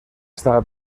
estaba